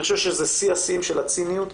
אני חושב שזה שיא השיאים של הציניות,